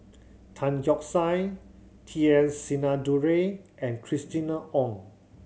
Tan Keong Saik T S Sinnathuray and Christina Ong